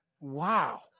Wow